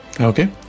Okay